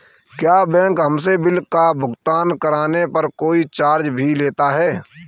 क्या बैंक हमसे बिल का भुगतान करने पर कोई चार्ज भी लेता है?